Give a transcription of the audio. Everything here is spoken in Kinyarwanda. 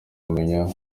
mumenya